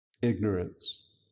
ignorance